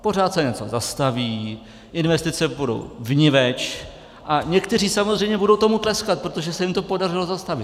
Pořád se něco zastaví, investice půjdou vniveč a někteří samozřejmě budou tomu tleskat, protože se jim to podařilo zastavit.